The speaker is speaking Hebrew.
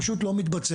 פשוט לא מתבצע.